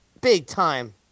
big-time